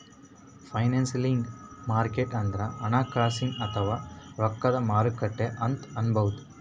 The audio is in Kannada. ಫೈನಾನ್ಸಿಯಲ್ ಮಾರ್ಕೆಟ್ ಅಂದ್ರ ಹಣಕಾಸಿನ್ ಅಥವಾ ರೊಕ್ಕದ್ ಮಾರುಕಟ್ಟೆ ಅಂತ್ ಅನ್ಬಹುದ್